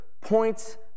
points